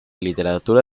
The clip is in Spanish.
literatura